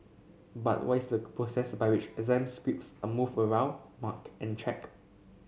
but what is the process by which exam scripts are moved around marked and checked